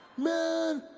man,